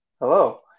Hello